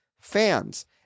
fans